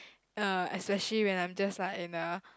uh especially when I'm just like in a